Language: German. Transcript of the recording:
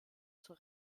zur